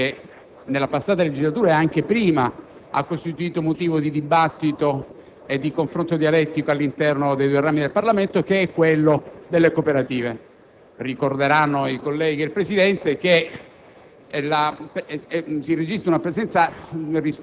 Avevamo cercato di affrontare nuovamente un problema che nella passata legislatura e anche prima ha costituito motivo di dibattito e di confronto dialettico all'interno dei due rami del Parlamento, che è quello delle cooperative. I colleghi e il Presidente